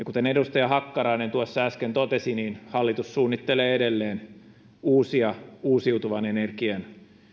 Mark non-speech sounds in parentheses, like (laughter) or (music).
(unintelligible) kuten edustaja hakkarainen äsken totesi niin hallitus suunnittelee edelleen uusia uusiutuvan energian